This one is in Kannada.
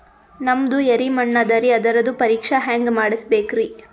ನಮ್ದು ಎರಿ ಮಣ್ಣದರಿ, ಅದರದು ಪರೀಕ್ಷಾ ಹ್ಯಾಂಗ್ ಮಾಡಿಸ್ಬೇಕ್ರಿ?